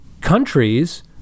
countries